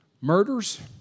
murders